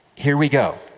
here we go.